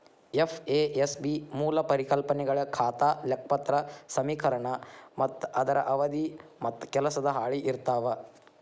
FASB ಮೂಲ ಪರಿಕಲ್ಪನೆಗಳ ಖಾತಾ ಲೆಕ್ಪತ್ರ ಸಮೇಕರಣ ಮತ್ತ ಅದರ ಅವಧಿ ಮತ್ತ ಕೆಲಸದ ಹಾಳಿ ಇರ್ತಾವ